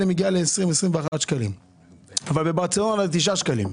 מגיע ל-20-21 שקלים ובברצלונה 9 שקלים.